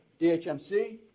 DHMC